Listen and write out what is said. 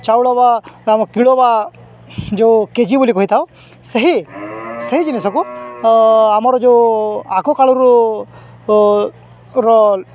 ଚାଉଳ ବା ଆମ କିଲୋ ବା ଯୋଉ କେଜି ବୋଲି କହିଥାଉ ସେହି ସେହି ଜିନିଷକୁ ଆମର ଯୋଉ ଆଗକାଳରୁ